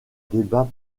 débat